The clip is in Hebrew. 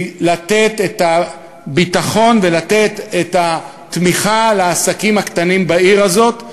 כדי לתת את הביטחון ולתת את התמיכה לעסקים הקטנים בעיר הזאת,